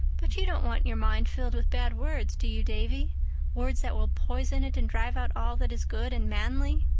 but you don't want your mind filled with bad words, do you, davy words that will poison it and drive out all that is good and manly?